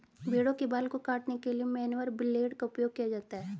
भेड़ों के बाल को काटने के लिए मैनुअल ब्लेड का उपयोग किया जाता है